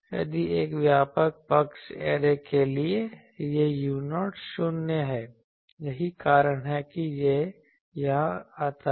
यदि एक व्यापक पक्ष ऐरे के लिए यह u0 शून्य है यही कारण है कि यह यहाँ आता है